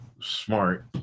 smart